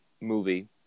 movie